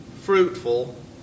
fruitful